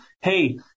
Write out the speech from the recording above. hey